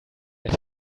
that